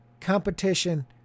Competition